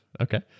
Okay